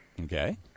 Okay